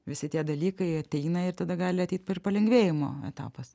visi tie dalykai ateina ir tada gali ateit ir palengvėjimo etapas